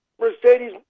Mercedes